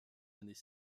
années